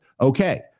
Okay